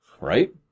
Right